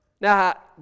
Now